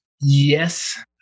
yes